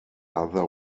other